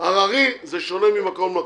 הררי זה שונה ממקום למקום,